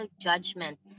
judgment